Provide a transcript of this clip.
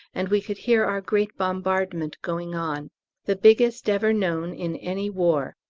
and we could hear our great bombardment going on the biggest ever known in any war.